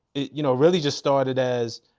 you know really just started as,